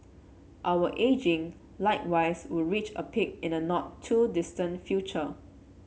our ageing likewise will reach a peak in a not too distant future